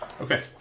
Okay